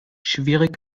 schwierig